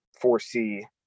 foresee